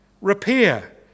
repair